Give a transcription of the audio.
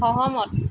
সহমত